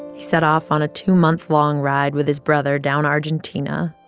he set off on a two-month-long ride with his brother down argentina,